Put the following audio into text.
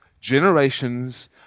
generations